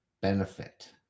benefit